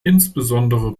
insbesondere